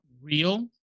real